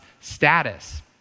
status